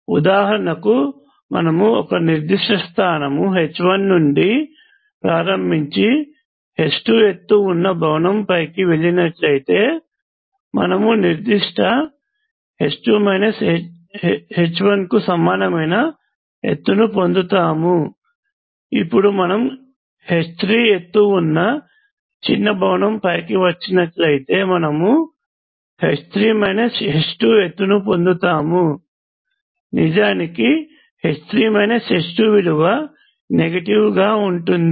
ఉదాహరణకు మనము ఒక నిర్దిష్ట స్థానం h1 నుండి ప్రారంభించి h2 ఎత్తు ఉన్న భవనం పైకి వెళ్లినట్లయితే మనము నిర్దిష్ట కు సమానమయిన ఎత్తును పొందుతాము ఇప్పుడు మనము h3 ఎత్తు ఉన్న చిన్న భవనం పైకి వచ్చినట్లయితేమనము ఎత్తును పొందుతాము నిజానికి విలువ నెగటివ్గా ఉంటుంది